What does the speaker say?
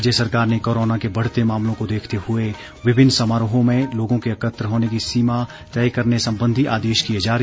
राज्य सरकार ने कोरोना के बढ़ते मामलों को देखते हुए विभिन्न समारोहों में लोगों के एकत्र होने की सीमा तय करने संबंधी आदेश किए जारी